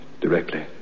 Directly